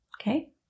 Okay